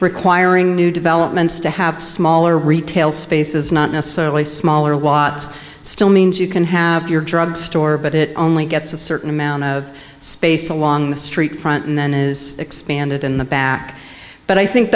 requiring new developments to have smaller retail spaces not necessarily smaller watts still means you can have your drugstore but it only gets a certain amount of space along the street front and then is expanded in the back but i think